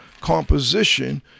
composition